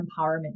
empowerment